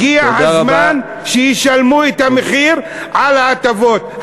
הגיע הזמן שישלמו את המחיר על ההטבות.